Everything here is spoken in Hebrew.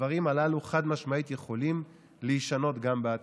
הדברים הללו, חד-משמעית, יכולים להישנות גם בעתיד.